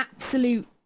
absolute